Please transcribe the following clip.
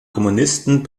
kommunisten